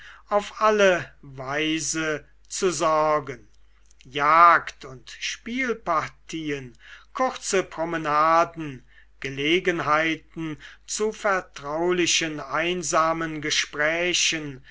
auf alle weise zu sorgen jagd und spielpartien kurze promenaden gelegenheiten zu vertraulichen einsamen gesprächen